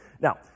Now